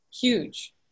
huge